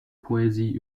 poesie